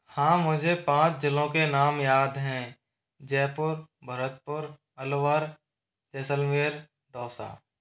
हाँ मुझे पाँच ज़िलों के नाम याद हैं जयपुर भरतपुर अलवर जैसलमेर दौसा